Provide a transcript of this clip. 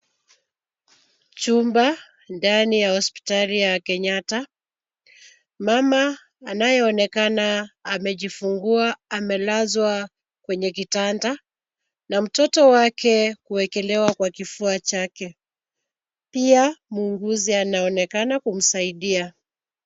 Chumba ndani ya hospitali ya Kenyatta . Mama anayeonekana amejifungua amelazwa kwenye kitanda na mtoto wake kuwekelewa kwa kifua chake. Pia muuguzi anaonekana kumsaidia.